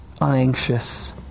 unanxious